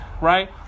right